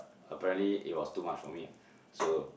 apparently it was too much for me so